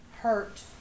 hurt